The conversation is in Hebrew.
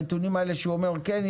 האם הנתונים האלה שהוא אומר "כן,